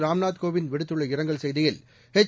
ராம்நாத் கோவிந்த் விடுத்துள்ள இரங்கல் செய்தியில் எச்